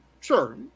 Sure